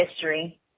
history